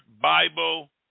Bible